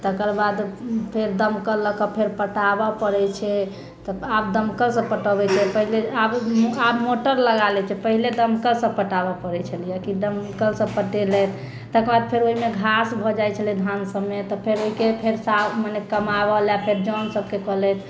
तकर बाद फेर दमकल लऽ कऽ फेर पटाबऽ पड़ैत छै तऽ आब दमकलसँ पटबैत छै पहिले आब मोटर लगा लै छै पहले दमकलसंँ पटाबैत पड़ैत छलैया कि दमकल से पटेलक तेकर बाद फेर ओहिमे घास भए जाइत छलै धान सबमे फेर ओहिके फेर साफ मने कमाबऽ लऽ फेर जन सबके कहलथि